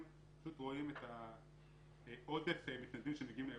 רואים את עודף המתנדבים שמגיעים לאירוע.